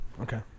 Okay